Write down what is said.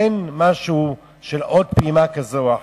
אין משהו של עוד פעימה כזו או אחרת.